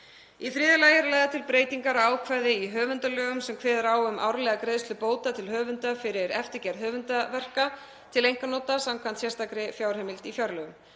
Í þriðja lagi eru lagðar til breytingar á ákvæði í höfundalögum sem kveður á um árlega greiðslu bóta til höfunda fyrir eftirgerð höfundaverka til einkanota samkvæmt sérstakri fjárheimild í fjárlögum.